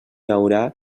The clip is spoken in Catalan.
haurà